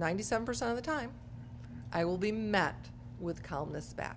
ninety seven percent of the time i will be met with calmness back